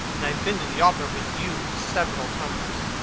and i have been to the opera with you several times,